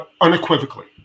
Unequivocally